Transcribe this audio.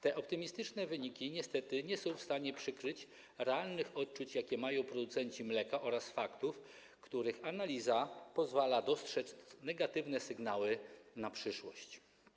Te optymistyczne wyniki niestety nie są w stanie przykryć realnych odczuć, jakie mają producenci mleka, oraz faktów, których analiza pozwala dostrzec negatywne sygnały na przyszłość.